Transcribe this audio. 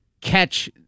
catch